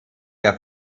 der